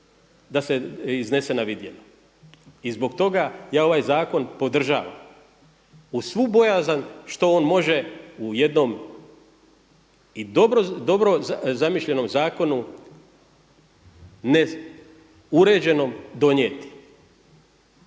da se iznese na vidjelo. I zbog toga ja ovaj zakon podržavam uz svu bojazan što on može u jednom i dobro zamišljenom zakonu ne uređenom donijeti.